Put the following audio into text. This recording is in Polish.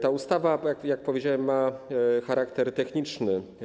Ta ustawa, tak jak powiedziałem, ma charakter techniczny.